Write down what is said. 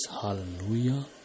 Hallelujah